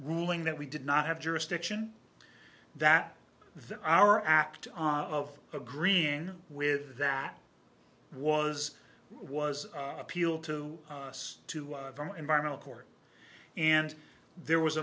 ruling that we did not have jurisdiction that our act of agreeing with that was was appealed to us to environmental court and there was